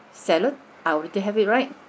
salad I already have it right